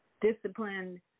discipline